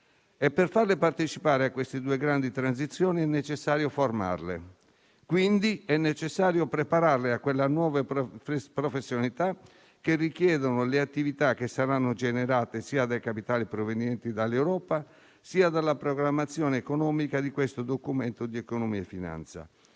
e per farle partecipare a queste due grandi transizioni è necessario formarle, quindi è necessario prepararle a quelle nuove professionalità che richiedono le attività che saranno generate sia dai capitali provenienti dall'Europa sia della programmazione economica di questo Documento di economia e finanza.